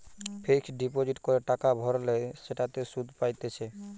fixed deposit করে টাকা ভরলে সেটাতে সুধ পাইতেছে